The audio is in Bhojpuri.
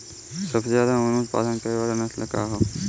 सबसे ज्यादा उन उत्पादन करे वाला नस्ल कवन ह?